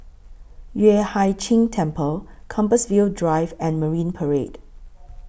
Yueh Hai Ching Temple Compassvale Drive and Marine Parade